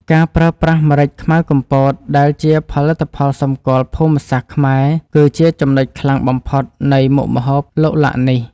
ការប្រើប្រាស់ម្រេចខ្មៅកំពតដែលជាផលិតផលសម្គាល់ភូមិសាស្ត្រខ្មែរគឺជាចំណុចខ្លាំងបំផុតនៃមុខម្ហូបឡុកឡាក់នេះ។